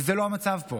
וזה לא המצב פה,